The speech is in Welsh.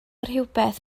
rhywbeth